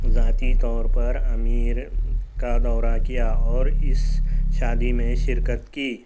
ذاتی طور پر امیر کا دورہ کیا اور اِس شادی میں شرکت کی